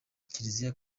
kiliziya